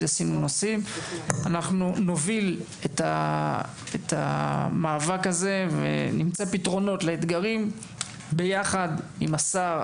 אנחנו נוביל את המאבק הזה וביחד עם השר,